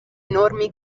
enormi